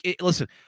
Listen